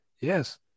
Yes